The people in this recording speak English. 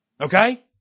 Okay